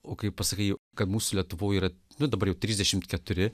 o kai pasakai kad mūsų lietuvoje yra du dabar jau trisdešimt keturi